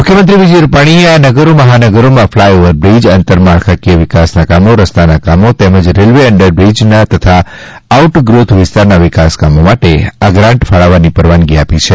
મુખ્યમંત્રી વિજય રૂપાણીએ આ નગરો મહાનગરોમાં ફલાયઓવર બ્રિજ આંતરમાળખાકીય વિકાસના કામો રસ્તાના કામો તેમજ રેલ્વે અંડરબ્રિજના તથા આઉટ ગ્રોથ વિસ્તારના વિકાસ કામો માટે આ ગ્રાન્ટ ફાળવવાની પરવાનગી આપી છે